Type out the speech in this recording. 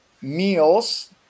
meals